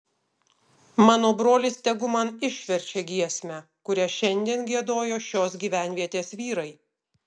mano brolis tegu man išverčia giesmę kurią šiandien giedojo šios gyvenvietės vyrai